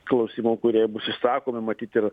klausimų kurie bus išsakomi matyt ir